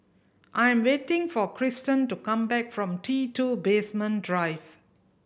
I'm waiting for Cristen to come back from T Two Basement Drive